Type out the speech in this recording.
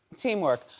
teamwork,